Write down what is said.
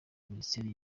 minisiteri